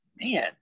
man